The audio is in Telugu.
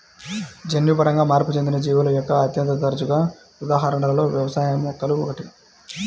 జన్యుపరంగా మార్పు చెందిన జీవుల యొక్క అత్యంత తరచుగా ఉదాహరణలలో వ్యవసాయ మొక్కలు ఒకటి